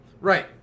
Right